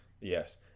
Yes